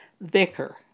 Vicar